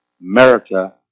America